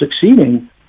succeeding